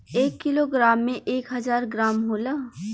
एक kilogram में एक हजार ग्राम होला